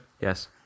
Yes